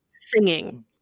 Singing